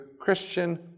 Christian